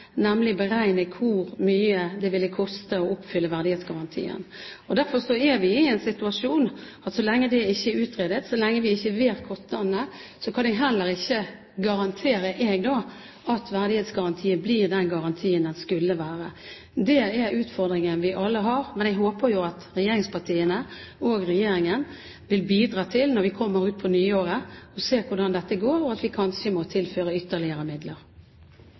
nemlig beregne hvor mye det ville koste å oppfylle verdighetsgarantien. Derfor er vi i den situasjon at så lenge dette ikke er utredet, så lenge vi ikke kjenner til kostnadene, kan heller ikke jeg garantere at verdighetsgarantien blir den garantien den skulle være. Det er utfordringen vi alle har, men jeg håper jo at regjeringspartiene og regjeringen når vi kommer utpå nyåret, vil se på hvordan dette går, og vil bidra til at vi kanskje må tilføre ytterligere midler.